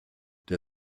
der